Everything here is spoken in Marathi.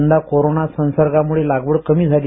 यंदा कोरोना संसगार्मुळे लागवड कमी झाली